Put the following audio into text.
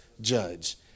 judge